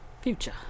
Future